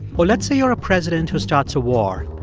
or let's say you're a president who starts a war.